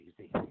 easy